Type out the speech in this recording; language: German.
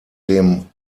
dem